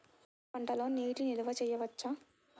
వరి పంటలో నీటి నిల్వ చేయవచ్చా?